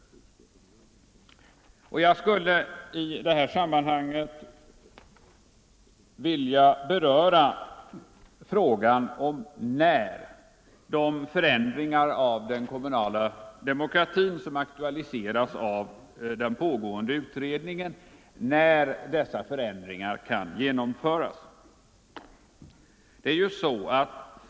Jag skulle i det här sammanhanget vilja beröra frågan om när de förändringar av den kommunala demokratin som aktualiseras av den pågående utredningen kan genomföras?